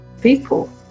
people